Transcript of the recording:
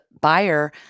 buyer